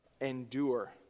Endure